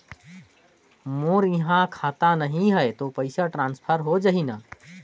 मोर इहां खाता नहीं है तो पइसा ट्रांसफर हो जाही न?